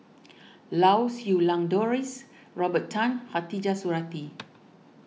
Lau Siew Lang Doris Robert Tan Khatijah Surattee